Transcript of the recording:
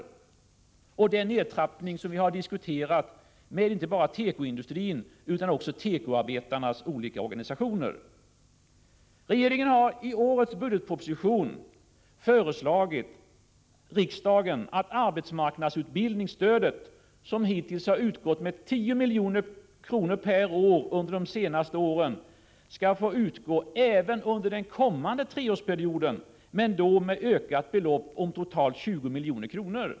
Detta är en nedtrappning som vi har diskuterat inte bara med tekoindustrin utan också med tekoarbetarnas olika organisationer. Regeringen har i årets budgetproposition föreslagit riksdagen att arbetsmarknadsutbildningsstödet, som hittills har utgått med 10 milj.kr. per år under de senaste åren, skall få utgå även under den kommande treårsperioden, men då med ett ökat belopp på totalt 20 milj.kr.